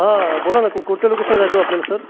हां बोला ना को कोणत्या लोकेशनला जायचं होतं आपल्याला सर